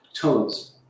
tones